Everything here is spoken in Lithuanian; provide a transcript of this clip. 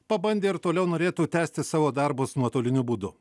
pabandė ir toliau norėtų tęsti savo darbus nuotoliniu būdu